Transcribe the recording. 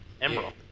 Emerald